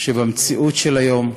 שבמציאות של היום,